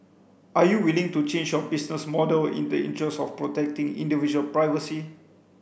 are you willing to change your business model in the interest of protecting individual privacy